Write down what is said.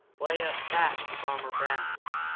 way up back of farmer brown's.